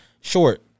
Short